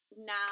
now